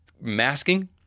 masking